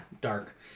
dark